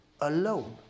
alone